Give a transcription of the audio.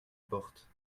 porte